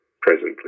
presently